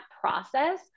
process